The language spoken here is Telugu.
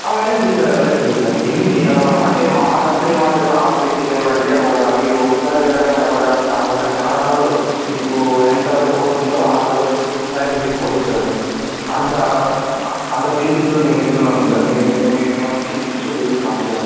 వెళ్ళొచ్చు సార్ వెళ్ళొచ్చు సార్ ఎన్ని అంటే మా కంపెనీ మాత్రమే ఆఫర్ ఇచ్చేదేమంటే ఒక మీరు ఒక్కసారి వెళ్ళడం కాకుండగా కాకుండా చాలాసార్లు మీకు ఎంతవరకవుతుందో అంతవరకు ట్రయల్ చేసుకోవచ్చు సార్ అంత అంత బెనిఫిట్ కూడా మేమిస్తున్నాం సార్ మేము మేమిష్ మేము ఇష్యూ చేస్తున్నాం సార్